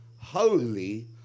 holy